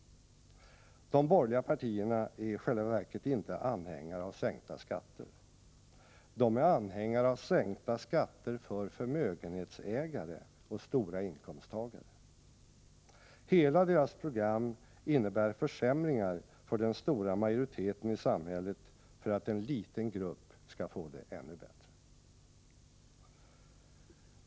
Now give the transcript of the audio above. De borgerliga partierna är i själva verket inte anhängare av sänkta skatter. De är anhängare av sänkta skatter för förmögenhetsägare och höginkomsttagare. Hela deras program innebär försämringar för den stora majoriteten i samhället för att en liten grupp skall få det ännu bättre.